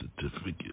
certificate